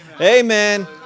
Amen